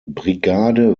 brigade